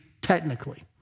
technically